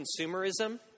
consumerism